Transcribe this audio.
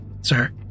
sir